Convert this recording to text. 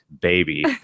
baby